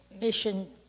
mission